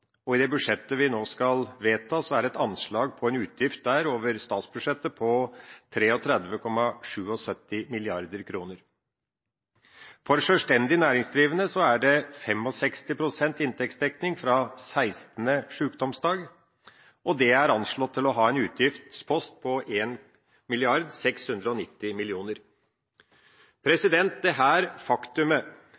og i det budsjettet vi nå skal vedta, er det der et anslag på en utgift over statsbudsjettet på 33,77 mrd. kr. For sjølstendig næringsdrivende er det 65 pst. inntektsdekning fra sekstende sykdomsdag. Det er anslått til å ha en utgiftspost på